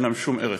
אין להם שום ערך,